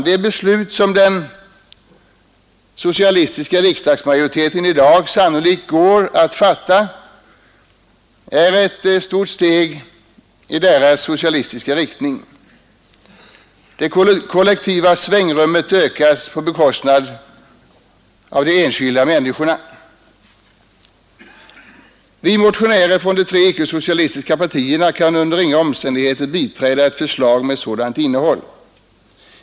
Det beslut som den socialistiska riksdagsmajoriteten i dag sannolikt går att fatta är ett stort steg i socialistisk riktning — det kollektiva svängrummet ökas på bekostnad av de enskilda människorna. Vi motionärer från de tre icke-socialistiska partierna kan under inga omständigheter biträda ett förslag med sådant innehåll.